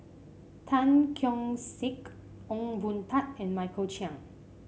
Tan Keong Saik Ong Boon Tat and Michael Chiang